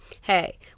hey